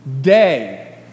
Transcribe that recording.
Day